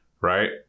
right